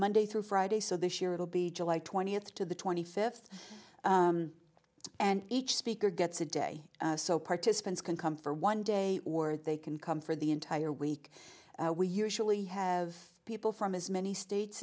monday through friday so this year it'll be july twentieth to the twenty fifth and each speaker gets a day so participants can come for one day or they can come for the entire week we usually have people from as many states